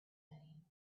setting